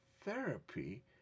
therapy